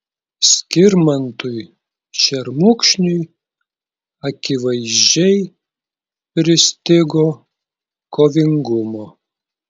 skirmantui šermukšniui akivaizdžiai pristigo kovingumo